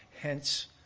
hence